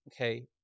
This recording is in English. okay